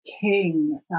King